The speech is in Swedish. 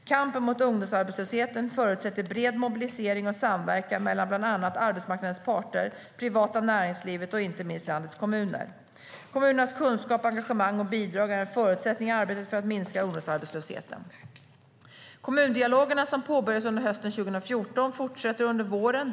Kampen mot ungdomsarbetslösheten förutsätter bred mobilisering och samverkan mellan bland annat arbetsmarknadens parter, det privata näringslivet och inte minst landets kommuner. Kommunernas kunskap, engagemang och bidrag är en förutsättning i arbetet för att minska ungdomsarbetslösheten. Kommundialogerna, som påbörjades under hösten 2014, fortsätter under våren.